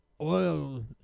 oil